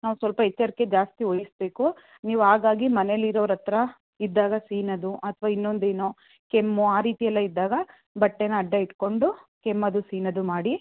ನಾವು ಸ್ವಲ್ಪ ಎಚ್ಚರಿಕೆ ಜಾಸ್ತಿ ವಹಿಸ್ಬೇಕು ನೀವು ಹಾಗಾಗಿ ಮನೇಲಿ ಇರೋರ ಹತ್ರ ಇದ್ದಾಗ ಸೀನೋದು ಅಥವಾ ಇನ್ನೊಂದು ಏನೋ ಕೆಮ್ಮು ಆ ರೀತಿ ಎಲ್ಲ ಇದ್ದಾಗ ಬಟ್ಟೆನ ಅಡ್ಡ ಇಟ್ಟುಕೊಂಡು ಕೆಮ್ಮೋದು ಸೀನೋದು ಮಾಡಿ